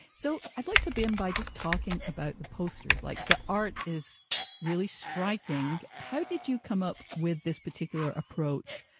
so i'd like to begin by just talking about the posters. like the art is really striking. how did you come up with this particular approach,